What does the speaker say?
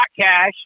cash